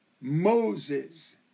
Moses